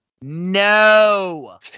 No